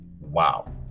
Wow